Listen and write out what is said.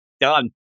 done